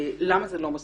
למה זה לא מספיק?